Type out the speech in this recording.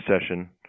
session